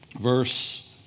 Verse